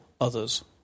others